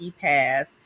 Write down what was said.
path